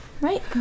Right